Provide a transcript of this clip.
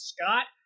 Scott